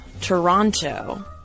Toronto